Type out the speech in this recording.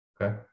Okay